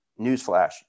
Newsflash